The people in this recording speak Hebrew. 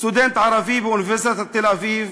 סטודנט ערבי באוניברסיטת תל-אביב,